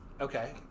Okay